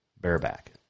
bareback